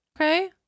Okay